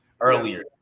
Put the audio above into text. Earlier